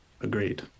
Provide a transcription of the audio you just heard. Agreed